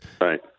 Right